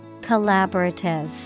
Collaborative